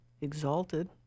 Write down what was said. exalted